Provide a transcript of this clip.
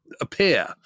appear